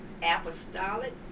Apostolic